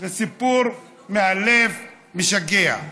זה סיפור מאלף, משגע.